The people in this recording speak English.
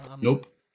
Nope